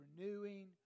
renewing